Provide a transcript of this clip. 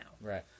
Right